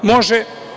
Može.